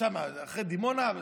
אחרי דימונה.